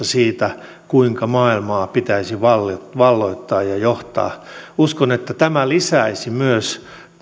siitä kuinka maailmaa pitäisi valloittaa valloittaa ja johtaa uskon että tämä lisäisi myös